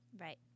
right